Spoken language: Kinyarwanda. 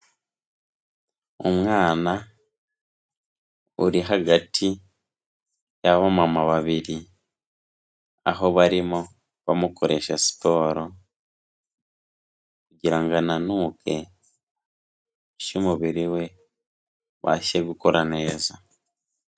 Umwana uri hagati y'abamama babiri, aho barimo bamukoresha siporo kugira ngo ananuke n'umubiri we ubashe gukora neza.